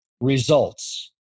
Results